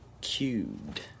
cubed